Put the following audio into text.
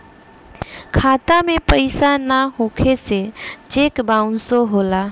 खाता में पइसा ना होखे से चेक बाउंसो होला